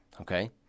okay